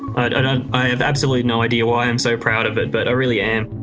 i don't, i have absolutely no idea why i'm so proud of it, but i really am.